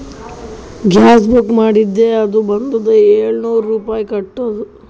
ಗ್ಯಾಸ್ಗ book ಮಾಡಿದ್ದೆ ಅದು ಬಂದುದ ಏಳ್ನೂರ್ ರುಪಾಯಿ ಕಟ್ಟುದ್